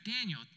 Daniel